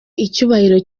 icyubahiro